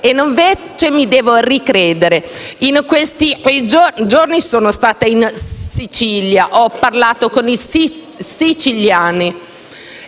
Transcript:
e invece mi devo ricredere. In questi giorni sono stata in Sicilia, ho parlato con i siciliani